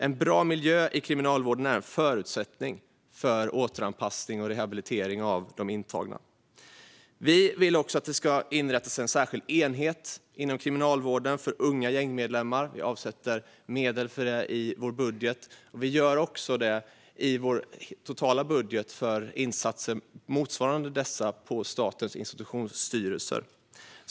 En bra miljö i kriminalvården är en förutsättning för återanpassning och rehabilitering av de intagna. Vi vill också att det inom Kriminalvården ska inrättas en särskild enhet för unga gängmedlemmar och avsätter medel för det i vår budget. Det gör vi även i vår totala budget, för insatser motsvarande dessa på Statens institutionsstyrelse.